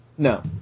No